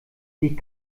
die